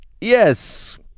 Yes